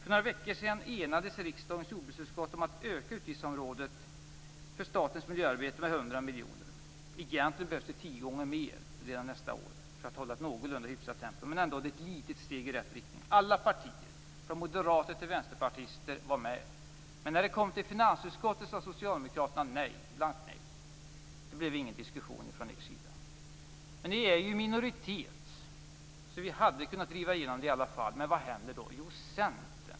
För några veckor sedan enades riksdagens jordbruksutskott om att öka utgiftsområdet för statens miljöarbete med 100 miljoner. Egentligen behövs det tio gånger mer redan nästa år för att hålla ett någorlunda hyfsat tempo. Men ändå är det ett litet steg i rätt riktning. Alla partier, från moderater till vänsterpartister, var med. Men när det kom till finansutskottet sade socialdemokraterna blankt nej. Det blev ingen diskussion från er sida. Men ni är ju i minoritet, så vi hade kunnat driva igenom det i alla fall. Men vad händer då?